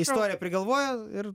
istorija prigalvoja ir